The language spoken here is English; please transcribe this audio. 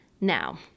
Now